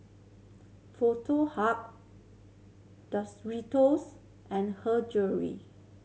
Foto Hub and Her Jewellery